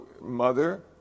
mother